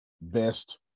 best